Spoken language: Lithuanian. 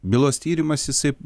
bylos tyrimas jisai